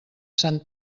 sant